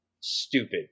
stupid